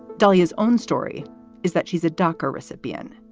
dalia's own story is that she's a duncker recipient.